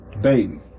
Baby